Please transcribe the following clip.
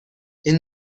این